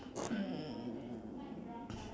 hmm